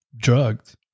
drugged